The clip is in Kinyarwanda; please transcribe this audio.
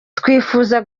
twifuza